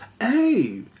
hey